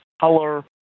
color